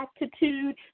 attitude